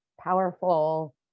powerful